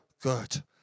good